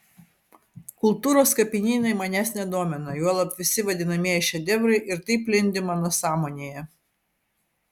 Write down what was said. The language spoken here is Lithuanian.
kultūros kapinynai manęs nedomina juolab visi vadinamieji šedevrai ir taip lindi mano sąmonėje